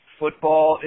football